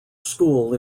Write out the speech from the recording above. school